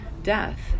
death